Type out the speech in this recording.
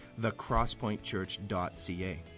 thecrosspointchurch.ca